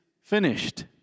finished